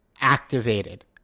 activated